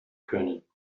können